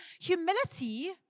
humility